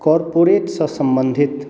corporate से सम्बंधित